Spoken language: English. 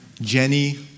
Jenny